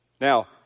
Now